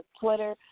Twitter